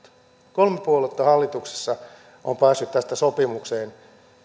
kolme puoluetta on hallituksessa ja on päässyt sopimukseen